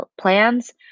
plans